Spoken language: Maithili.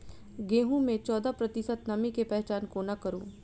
गेंहूँ मे चौदह प्रतिशत नमी केँ पहचान कोना करू?